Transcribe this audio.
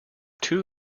two